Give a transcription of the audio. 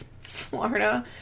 Florida